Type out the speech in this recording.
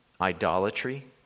idolatry